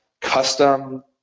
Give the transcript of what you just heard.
custom